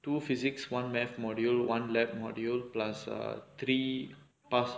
two physics one mathematics module one laboratory module plus err three past